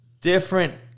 different